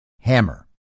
hammer